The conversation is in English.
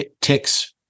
ticks